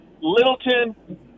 Littleton